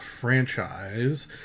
franchise